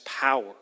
power